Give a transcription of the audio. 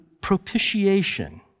propitiation